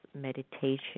meditation